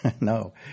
No